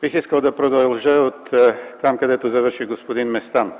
Бих искал да продължа оттам, където завърши господин Местан.